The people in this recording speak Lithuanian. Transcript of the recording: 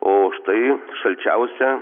o štai šalčiausia